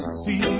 see